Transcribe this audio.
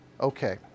Okay